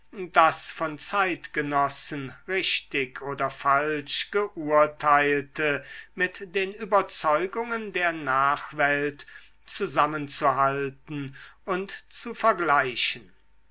das von zeitgenossen richtig oder falsch geurteilte mit den überzeugungen der nachwelt zusammenzuhalten und zu vergleichen